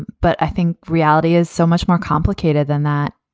but i think reality is so much more complicated than that.